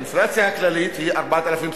האינפלציה הכללית היא 4.2%,